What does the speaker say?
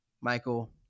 Michael